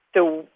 so,